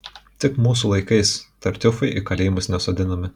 tik mūsų laikais tartiufai į kalėjimus nesodinami